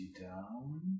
down